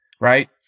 right